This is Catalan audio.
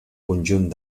conjunt